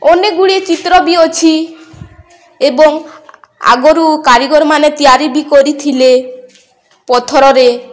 ଅନେକ ଗୁଡ଼ିଏ ଚିତ୍ର ବି ଅଛି ଏବଂ ଆଗରୁ କାରିଗର ମାନ ତିଆରି ବି କରିଥିଲେ ପଥରରେ